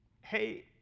hey